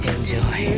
Enjoy